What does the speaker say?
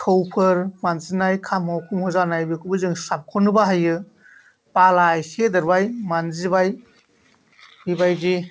थौफोर मानजिनाय खामह' खुमह' जानाय बेखौबो जों स्राबखौनो बाहायो बाला एसे होदेरबाय मानजिबाय बेबायदि